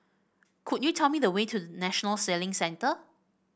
could you tell me the way to National Sailing Centre